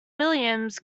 williams